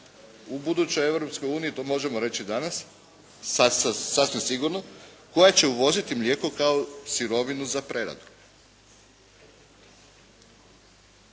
uniji to možemo reći danas, sasvim sigurno, koja će uvoziti mlijeko kao sirovinu za preradu.